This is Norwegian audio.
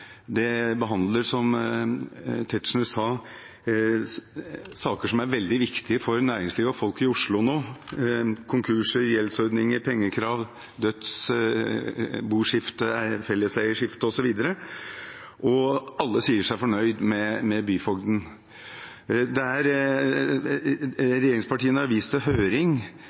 behandler, som Tetzschner sa, saker som er veldig viktige for næringslivet og folk i Oslo nå: konkurser, gjeldsordninger, pengekrav, dødsboskifte, felleseieskifte osv. Og alle sier seg fornøyd med byfogden. Regjeringspartiene har vist til høring.